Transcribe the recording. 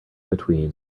between